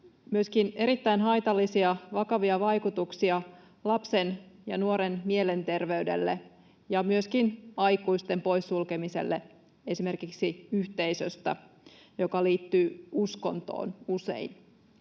myöskin erittäin haitallisia, vakavia vaikutuksia lapsen ja nuoren mielenterveyteen ja myöskin aikuisten poissulkemiseen esimerkiksi yhteisöstä, joka liittyy usein uskontoon.